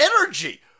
energy